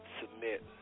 Submit